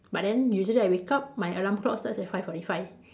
but then usually I wake up my alarm clock starts at five forty five